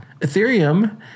Ethereum